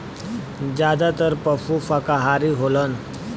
जादातर पसु साकाहारी होलन